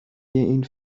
این